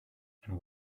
and